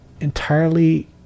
entirely